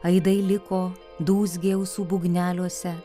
aidai liko dūzgė ausų būgneliuose